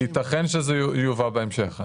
יתכן וזה יובא בהמשך,